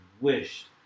wished